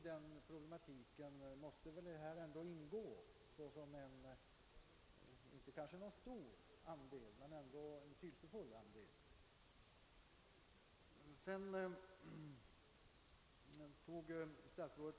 Denna fråga måste väl ändå ingå som 'en kanske inte stor men betydelsefull del i den problematiken.